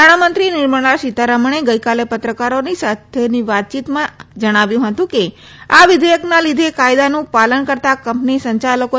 નાણામંત્રી નિર્મલા સીતારમણે ગઈકાલે પત્રકારો સાથેની વાતચીતમાં જણાવ્યું હતું કે આ વિધેયકના લીધે કાયદાનું પાલન કરતાં કંપની સંચાલકોની કામગીરી સરળ બનશે